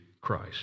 Christ